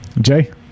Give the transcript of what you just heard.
Jay